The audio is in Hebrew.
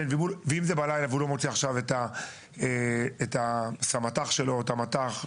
אם זה בלילה והוא לא מוצא עכשיו את סגן מפקד תחנה או מפקד התחנה.